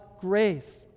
grace